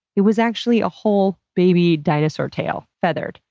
it was actually a whole baby dinosaur tail, feathered.